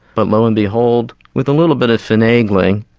but lo and behold, with a little bit of finagling,